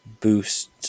boost